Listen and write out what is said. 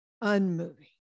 unmoving